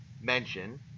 mention